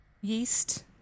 yeast